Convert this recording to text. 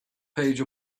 page